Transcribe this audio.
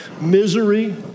misery